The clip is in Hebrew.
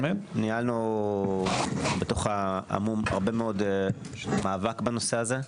ניהלנו במו"מ הרבה מאוד מאבק בנושא הזה,